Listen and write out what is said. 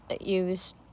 use